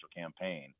campaign